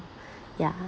yeah